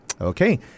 Okay